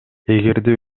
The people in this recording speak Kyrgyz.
эгерде